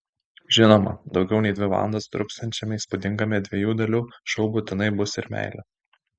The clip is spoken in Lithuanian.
žinoma daugiau nei dvi valandas truksiančiame įspūdingame dviejų dalių šou būtinai bus ir meilės